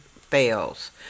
fails